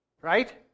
Right